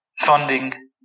funding